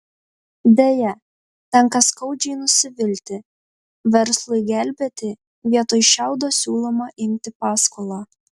deja tenka skaudžiai nusivilti verslui gelbėti vietoj šiaudo siūloma imti paskolą